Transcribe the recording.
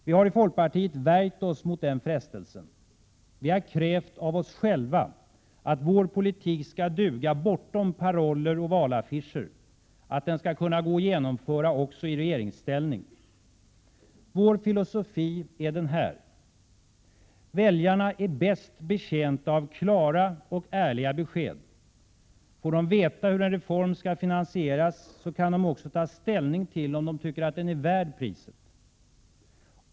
Vi har i folkpartiet värjt oss mot den frestelsen. Vi har krävt av oss själva att vår politik skall duga bortom paroller och valaffischer, att den skall gå att genomföra i regeringsställning. Vår filosofi är den här: Väljarna är bäst betjänta av klara och ärliga besked. Får de veta hur en reform skall finansieras, kan de också ta ställning till om de tycker att den är värd priset.